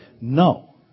No